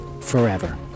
Forever